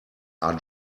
are